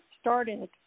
started